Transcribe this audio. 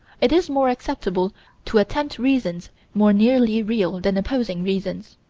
it is more acceptable to attempt reasons more nearly real than opposing reasons.